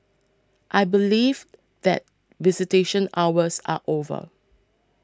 I believe that visitation hours are over